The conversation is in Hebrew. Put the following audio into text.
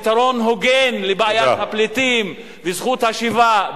פתרון הוגן לבעיית הפליטים וזכות השיבה.